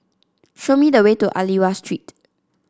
show me the way to Aliwal Street